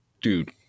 dude